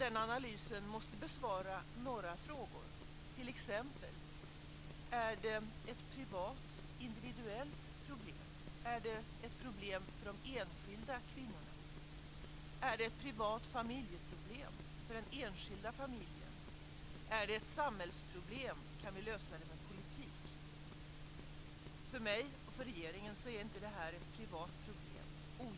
Den analysen måste besvara några frågor, t.ex: Är jämställdheten ett privat, individuellt problem? Är den ett problem för de enskilda kvinnorna? Är den ett privat familjeproblem för den enskilda familjen? Är den ett samhällsproblem? Kan vi lösa detta med politik? För mig och för regeringen är inte detta ett privat problem.